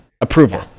Approval